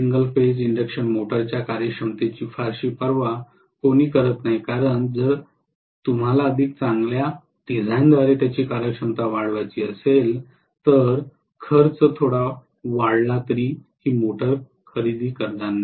single phase induction मोटरच्या कार्यक्षमतेची फारशी पर्वा कोणी करत नाही कारण जर तुम्हाला अधिक चांगल्या डिझाइनद्वारे त्यांची कार्यक्षमता वाढवायची असेल तर खर्च थोडा फार वाढला तरी ही मोटार खरेदी करणार नाही